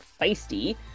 feisty